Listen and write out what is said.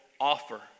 offer